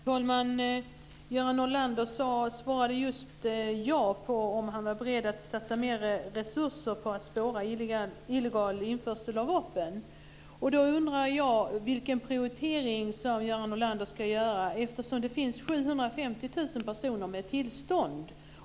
Herr talman! Göran Norlander svarade just ja på frågan om han var beredd att satsa mer resurser på att spåra illegal införsel av vapen. Då undrar jag vilken prioritering Göran Norlander ska göra. Det finns 750 000 personer med tillstånd.